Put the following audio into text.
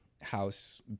house